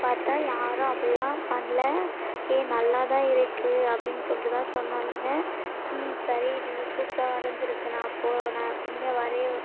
பார்த்தா யாரும் அப்படிலாம் பண்ணல ஏ நல்லாதான் இருக்குது அப்படின்னு சொல்லிட்டுதான் சொன்னாளுங்க ம் சரிடி சூப்பராக வரைந்திருக்க நான் அப்போ நான் இனிமேல் வரைய